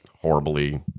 horribly